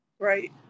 right